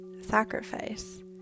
sacrifice